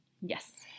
Yes